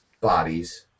bodies